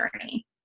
journey